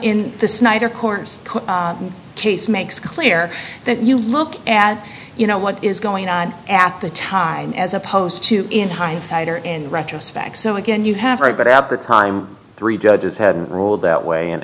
in the snyder corners case makes clear that you look at you know what is going on at the time as opposed to in hindsight or in retrospect so again you have a better time three judges have ruled that way and